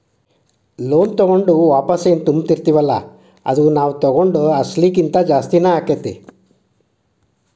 loan ತಗೊಂಡು ವಾಪಸೆನ್ ತುಂಬ್ತಿರ್ತಿವಲ್ಲಾ ಅದು ನಾವ್ ತಗೊಂಡ್ ಅಸ್ಲಿಗಿಂತಾ ಜಾಸ್ತಿನ ಆಕ್ಕೇತಿ